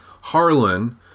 Harlan